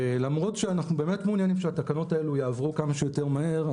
למרות שאנחנו באמת מעוניינים שהתקנות האלו יעברו כמה שיותר מהר,